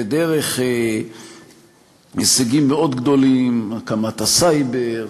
ודרך הישגים מאוד גדולים: הקמת הסייבר,